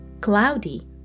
Cloudy